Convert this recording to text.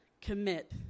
commit